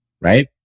right